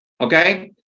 Okay